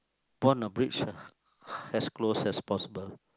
burn a bridge ah as close as possible